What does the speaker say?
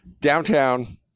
downtown